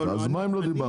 אז מה אם לא דיברת?